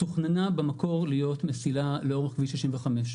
מסילת מנשה תוכננה במקור להיות מסילה לאורך כביש 65,